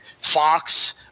Fox